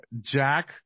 Jack